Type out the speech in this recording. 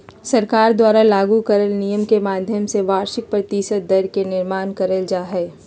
सरकार द्वारा लागू करल नियम के माध्यम से वार्षिक प्रतिशत दर के निर्माण करल जा हय